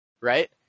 Right